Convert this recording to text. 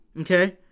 Okay